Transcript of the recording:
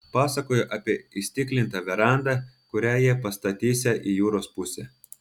pasakojo apie įstiklintą verandą kurią jie pastatysią į jūros pusę